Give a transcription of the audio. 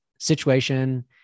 Situation